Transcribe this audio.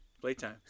Playtime